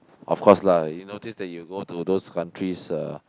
of course lah you notice that you go to those countries uh